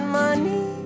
money